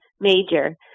major